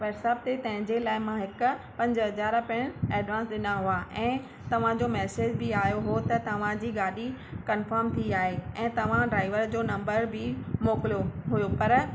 WhatsApp ते तंहिंजे लाइ मां हिकु पंज हज़ार पिणु एडवांस ॾिना हुआ ऐं तव्हांजो मैसेज बि आयो हुओ त तव्हांजी गाॾी कन्फर्म थी आहे ऐं तव्हां ड्राइवर जो नंबरु बि मोकिलियो हुओ पर